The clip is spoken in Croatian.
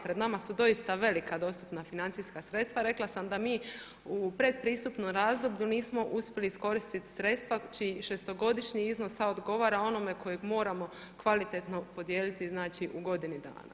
Pred nama su doista velika dostupna financijska sredstva, rekla sam da mi u predpristupnom razdoblju nismo uspjeli iskoristiti sredstva čiji šestogodišnji iznos odgovara onome kojeg moramo kvalitetno podijeliti u godini dana.